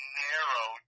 narrow